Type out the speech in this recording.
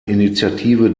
initiative